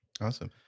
awesome